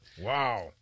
Wow